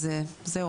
וזהו.